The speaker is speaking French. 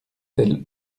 telle